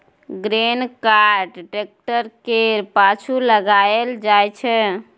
grain cart tractor केर पाछु लगाएल जाइ छै